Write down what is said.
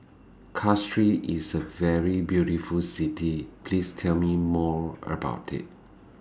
Castries IS A very beautiful City Please Tell Me More about IT